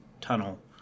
tunnel